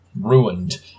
ruined